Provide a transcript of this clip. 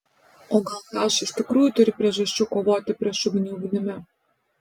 o gal h iš tikrųjų turi priežasčių kovoti prieš ugnį ugnimi